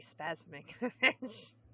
spasming